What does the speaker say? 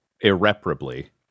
irreparably